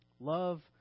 Love